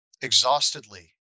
exhaustedly